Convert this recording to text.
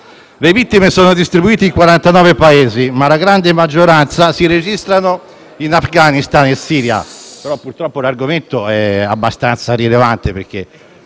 Le vittime sono distribuite in 49 Paesi, ma la grande maggioranza si registra in Afghanistan e in Siria.